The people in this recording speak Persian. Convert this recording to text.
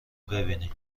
ببینی